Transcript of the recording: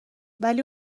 ولی